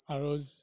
আৰু